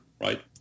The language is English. right